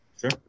Sure